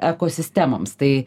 ekosistemoms tai